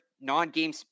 non-game